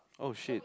oh shit